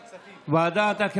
(תיקון מס' 6) אושרה ותעבור לוועדת, העבודה.